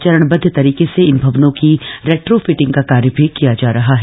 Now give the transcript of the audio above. चरणबद्ध तरीके से इन भवनों की रेट्रोफिटिंग का कार्य भी किया जा रहा है